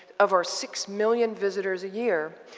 of our six million visitors a year,